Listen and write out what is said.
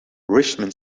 richman